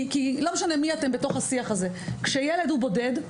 כי כשילד הוא בודד,